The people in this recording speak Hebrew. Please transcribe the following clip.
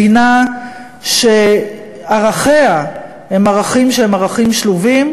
מדינה שערכיה הם ערכים שהם ערכים שלובים,